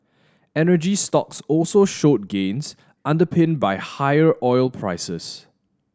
energy stocks also showed gains underpinned by higher oil prices